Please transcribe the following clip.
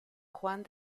juan